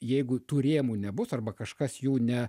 jeigu tų rėmų nebus arba kažkas jų ne